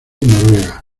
noruega